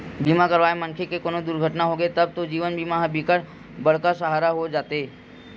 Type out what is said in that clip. बीमा करवाए मनखे के कोनो दुरघटना होगे तब तो जीवन बीमा ह बिकट बड़का सहारा हो जाते